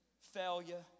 failure